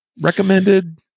Recommended